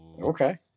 Okay